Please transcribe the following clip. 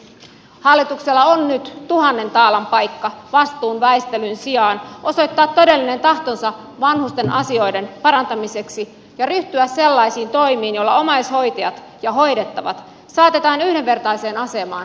hallituksella on nyt tuhannen taalan paikka vastuun väistelyn sijaan osoittaa todellinen tahtonsa vanhusten asioiden parantamiseksi ja ryhtyä sellaisiin toimiin joilla omaishoitajat ja hoidettavat saatetaan yhdenvertaiseen asemaan kautta maan